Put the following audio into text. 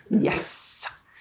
Yes